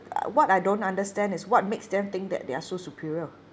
what I don't understand is what makes them think that they are so superior